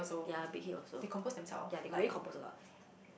ya Big-Hit also ya they really compose a lot